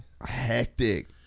Hectic